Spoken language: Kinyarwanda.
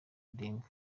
odinga